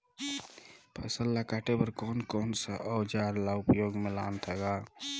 फसल ल काटे बर कौन कौन सा अउजार ल उपयोग में लानथा गा